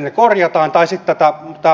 ne korjataan tai sitten tämä malli ei tule voimaan